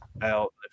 out